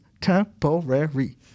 temporary